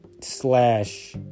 slash